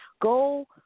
Go